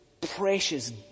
precious